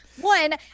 one